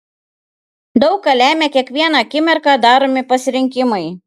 daug ką lemią kiekvieną akimirką daromi pasirinkimai